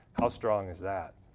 how strong is that?